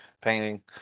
painting